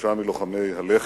ושלושה מלוחמי הלח"י,